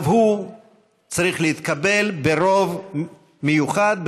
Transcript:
אף הוא צריך להתקבל ברוב מיוחד,